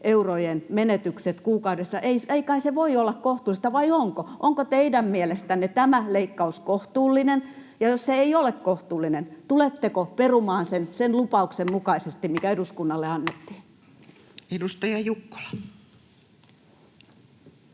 eurojen menetykset kuukaudessa, niin ei kai se voi olla kohtuullista, vai onko? Onko teidän mielestänne tämä leikkaus kohtuullinen, ja jos se ei ole kohtuullinen, tuletteko perumaan sen, sen lupauksen mukaisesti, mikä eduskunnalle annettiin? Edustaja Jukkola.